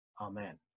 Amen